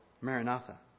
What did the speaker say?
Maranatha